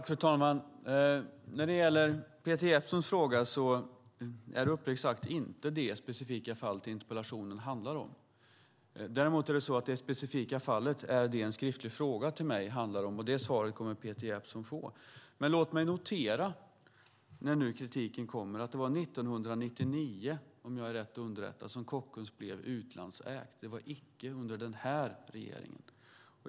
Fru talman! När det gäller Peter Jeppssons fråga måste jag svara att det inte är det specifika fallet som interpellationen handlar om. Däremot har Peter Jeppsson ställt en skriftlig fråga till mig som handlar om det specifika fallet, och den frågan kommer han att få ett svar på. Låt mig notera, när nu kritiken kommer, att det om jag är rätt underrättad var 1999 som Kockums blev utlandsägt. Det var inte under den här regeringen.